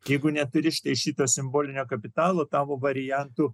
jeigu neturi šito simbolinio kapitalo tavo variantų